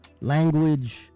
language